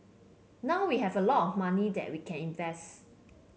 now we have a lot money that we can invest